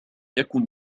يكن